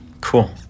Cool